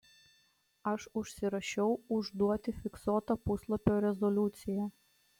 aš užsirašiau užduoti fiksuotą puslapio rezoliuciją